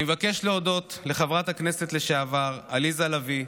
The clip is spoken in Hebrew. אני מבקש להודות לחברת הכנסת לשעבר עליזה לביא,